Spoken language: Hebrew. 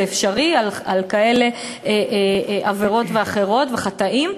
אפשרי על עבירות כאלה ואחרות וחטאים.